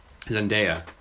zendaya